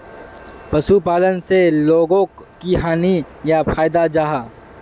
पशुपालन से लोगोक की हानि या फायदा जाहा?